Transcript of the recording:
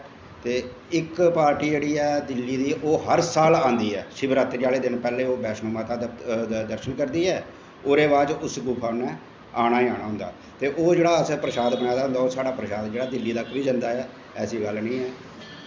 ते इक पार्टी दिल्ली दी ऐ ओह् हर साल आंदी ऐ शिवरात्री आह्लै दिन ओह् बैष्णोे माता दै दर्शन करदी ऐ ते उसदे बाद उस गुफा च उन्ना आना गै आनी होंदा ऐ ते ओह् असैं जेह्ड़ा प्रशाद बनाए दा होंदा ऐ ओह् दिल्ली तक बी जंदा ऐ ऐसी गल्ल नी ऐ